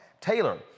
Taylor